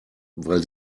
weil